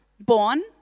born